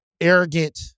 Arrogant